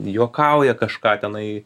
juokauja kažką tenai